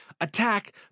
attack